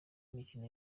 mikino